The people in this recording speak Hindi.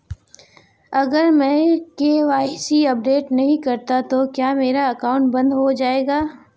अगर मैं के.वाई.सी अपडेट नहीं करता तो क्या मेरा अकाउंट बंद हो जाएगा?